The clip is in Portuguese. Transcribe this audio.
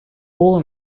boa